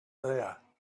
there